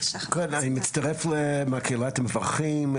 אני מצטרף למקהלת המברכים,